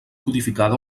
codificada